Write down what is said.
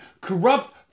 corrupt